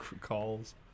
calls